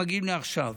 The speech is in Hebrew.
מגיעים לעכשיו.